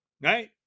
right